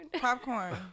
popcorn